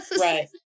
Right